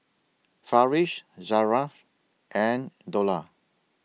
Farish Zafran and Dollah